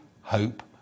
hope